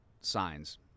signs